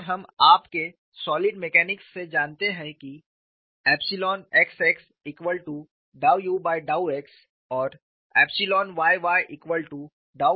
और हम आपके सॉलिड मैकेनिक्स से जानते हैं कि xx∂ u∂ x और yy∂ v∂ y है